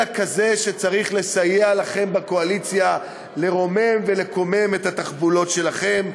אלא כזה שצריך לסייע לכם בקואליציה לרומם ולקומם את התחבולות שלכם.